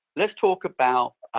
let's talk about